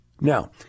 now